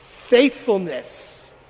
Faithfulness